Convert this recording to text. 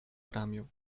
ramię